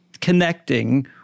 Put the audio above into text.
connecting